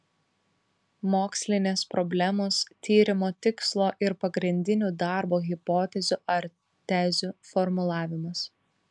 mokslinės problemos tyrimo tikslo ir pagrindinių darbo hipotezių ar tezių formulavimas